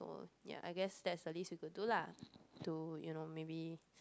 oh ya I guessed that's the least you could do lah to you know maybe